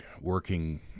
working